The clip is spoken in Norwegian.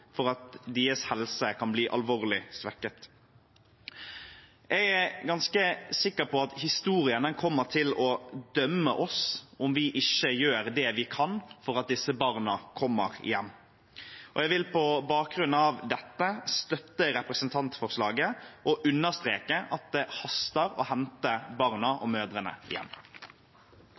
for at deres helse kan bli alvorlig svekket. Jeg er ganske sikker på at historien kommer til å dømme oss om vi ikke gjør det vi kan for at disse barna kommer hjem. Jeg vil på bakgrunn av dette støtte representantforslaget og understreke at det haster å hente barna og mødrene